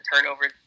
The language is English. turnovers